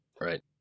Right